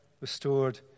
restored